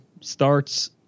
starts